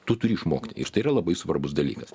tu turi išmokti ir štai yra labai svarbus dalykas